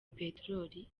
peteroli